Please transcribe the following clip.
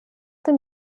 dem